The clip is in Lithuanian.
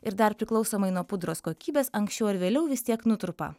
ir dar priklausomai nuo pudros kokybės anksčiau ar vėliau vis tiek nutrupa